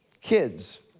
Kids